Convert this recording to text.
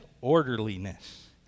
orderliness